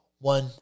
One